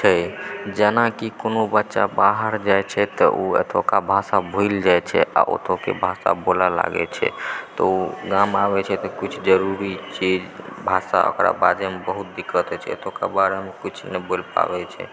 जेनाकि कोनो बच्चा बाहर जाइत छै तऽ ओ एतुका भाषा भूलि जाइत छै आ ओतयके भाषा बोलऽ लागय छै तऽ ओ गाम आबय छै तऽ किछु जरुरी चीज भाषा ओकरा बाजयमे बहुत दिक्कत होइ छै एतुका बारेमे किछु नहि बोलि पाबैत छै